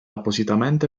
appositamente